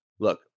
Look